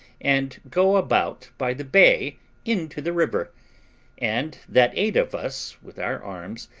and go about by the bay into the river and that eight of us, with our arms,